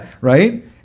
right